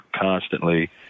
constantly